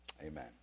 Amen